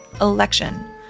Election